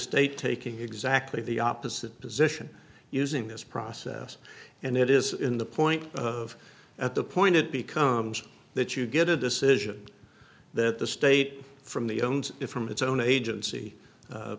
state taking exactly the opposite position using this process and it is in the point of at the point it becomes that you get a decision that the state from the owns from its own agency